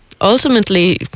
ultimately